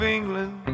England